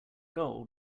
gold